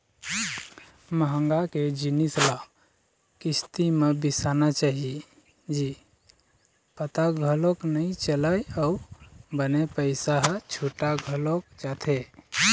महँगा के जिनिस ल किस्ती म बिसाना चाही जी पता घलोक नइ चलय अउ बने पइसा ह छुटा घलोक जाथे